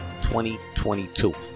2022